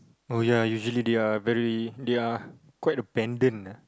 oh ya usually they are very they are quite abandoned ah